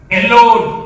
alone